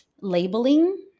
labeling